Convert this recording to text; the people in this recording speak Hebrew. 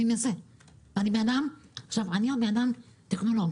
אני עוד אדם טכנולוג